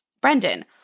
Brendan